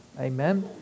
Amen